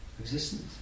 existence